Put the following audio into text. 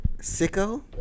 Sicko